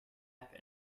app